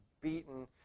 beaten